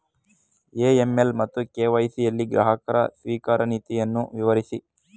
AML ಮತ್ತು KYC ಯಲ್ಲಿ ಗ್ರಾಹಕ ಸ್ವೀಕಾರ ನೀತಿಯನ್ನು ವಿವರಿಸಿ?